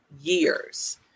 years